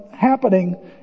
Happening